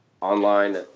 online